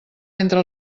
entre